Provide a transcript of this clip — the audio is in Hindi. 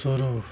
तुरु